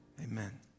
amen